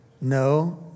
no